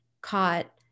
caught